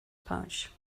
pouch